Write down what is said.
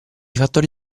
fattori